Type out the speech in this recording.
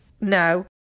No